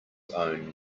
own